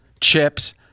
chips